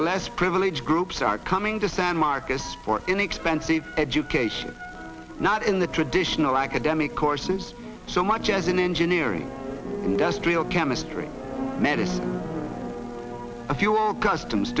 the less privileged groups are coming to san marcus for inexpensive education not in the traditional academic courses so much as in engineering industrial chemistry medicine a few are custom